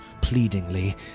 pleadingly